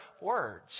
words